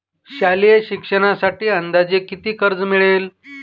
शालेय शिक्षणासाठी अंदाजे किती कर्ज मिळेल?